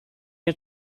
nie